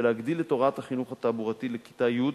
ולהגדיל את הוראת החינוך התעבורתי לכיתה י'.